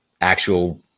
actual